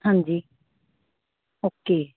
ਹਾਂਜੀ ਓਕੇ